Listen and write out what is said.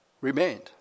remained